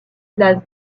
place